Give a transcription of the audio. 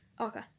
Okay